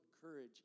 courage